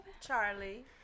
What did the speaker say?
Charlie